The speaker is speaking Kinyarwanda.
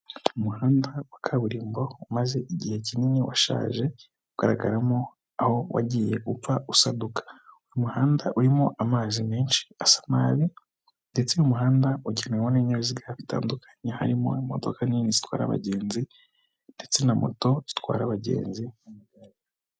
Umuhanda wa kaburimbo umaze igihe kinini washaje ugaragaramo aho wagiye upfa usaduka, uyu umuhanda urimo amazi menshi asa nabi ndetse n'umuhanda ugenerwa n'ibinyaziga bitandukanye harimo imodoka nini zitwara abagenzi ndetse na moto zitwara abagenzi n'amagare.